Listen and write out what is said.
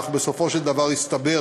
אך בסופו של דבר הסתבר